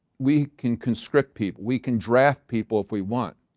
we can constrict people. we can draft people if we want.